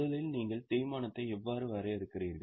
முதலில் நீங்கள் தேய்மானத்தை எவ்வாறு வரையறுக்கிறீர்கள்